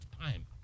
time